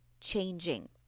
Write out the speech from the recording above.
changing